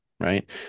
Right